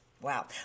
Wow